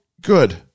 good